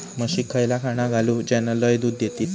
म्हशीक खयला खाणा घालू ज्याना लय दूध देतीत?